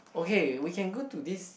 okay we can go to this